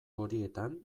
horietan